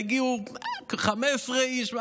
יגיעו 15 איש.